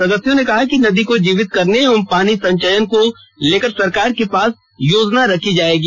सदस्यों ने कहा कि नदी को जीवित करने एवं पानी संचयन को लेकर सरकार के पास योजना रखी जाएगी